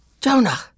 Jonah